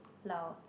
lau